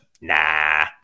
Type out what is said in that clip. nah